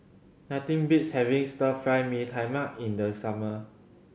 nothing beats having Stir Fry Mee Tai Mak in the summer